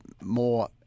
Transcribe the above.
more